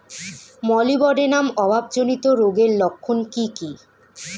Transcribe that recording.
Molybdenum অভাবজনিত রোগের লক্ষণ কি কি?